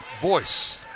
voice